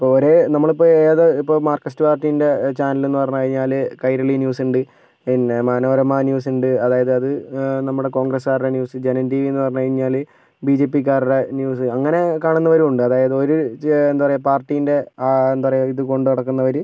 ഇപ്പോൾ ഒരേ നമ്മളിപ്പോൾ ഏത് ഇപ്പോൾ മാർക്കിസ്റ്റു പാർട്ടിൻ്റെ ചാനൽ എന്ന് പറഞ്ഞ് കഴിഞ്ഞാൽ കൈരളി ന്യൂസ് ഉണ്ട് പിന്നെ മനോരമ ന്യൂസ് ഉണ്ട് അതായത് അത് നമ്മുടെ കോൺഗ്രസ്സുകാരുടെ ന്യൂസ് ജനം ടി വി എന്ന് പറഞ്ഞ് കഴിഞ്ഞാൽ ബി ജെ പിക്കാരുടെ ന്യൂസ് അങ്ങനെ കാണുന്നവരും ഉണ്ട് അതായത് ഒരു എന്താ പറയുക പാർട്ടി പാർട്ടീൻ്റെ എന്താ പറയുക ഇതുകൊണ്ട് നടക്കുന്നവർ